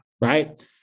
right